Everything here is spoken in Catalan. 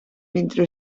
mentre